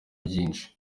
byinshi